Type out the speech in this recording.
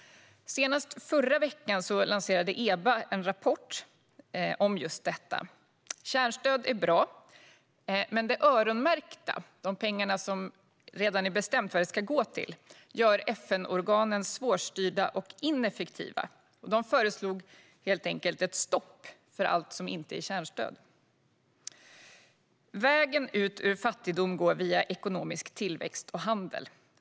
Senast förra veckan lanserade EBA en rapport om just detta. Kärnstöd är bra, men de öronmärkta pengarna, som det redan är bestämt vad de ska gå till, gör FN-organen svårstyrda och ineffektiva. EBA föreslår helt enkelt ett stopp för allt som inte är kärnstöd. Vägen ur fattigdom går via ekonomisk tillväxt och handel.